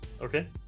Okay